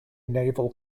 naval